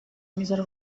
میذاره